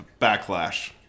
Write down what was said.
Backlash